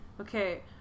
Okay